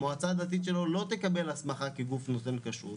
המועצה הדתית שלו לא תקבל הסמכה כגוף נותן כשרות,